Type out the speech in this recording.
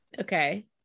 okay